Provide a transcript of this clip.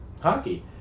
Hockey